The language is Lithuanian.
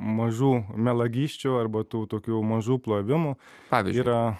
mažų melagysčių arba tų tokių mažų plovimų pavyzdžiui yra